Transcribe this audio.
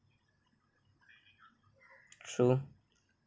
true